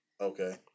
Okay